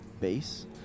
base